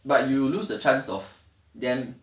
but you will lose the chance of them